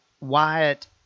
Wyatt